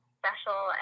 special